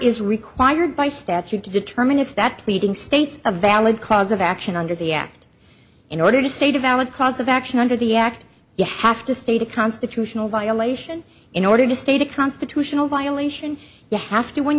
is required by statute to determine if that pleading states a valid cause of action under the act in order to state a valid cause of action under the act you have to state a constitutional violation in order to state a constitutional violation you have to when